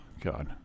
God